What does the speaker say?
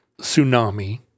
tsunami